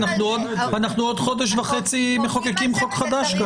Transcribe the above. אנחנו בעוד חודש וחצי מחוקקים חוק חדש.